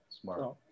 Smart